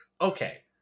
okay